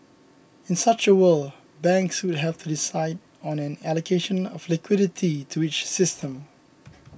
in such a world banks would have to decide on an allocation of liquidity to each system